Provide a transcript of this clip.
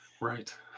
right